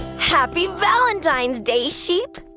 happy valentine's day, sheep.